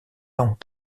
ont